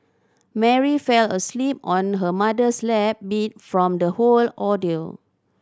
Mary fell asleep on her mother's lap beat from the whole ordeal